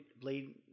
Blade